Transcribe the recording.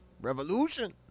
Revolution